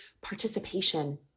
participation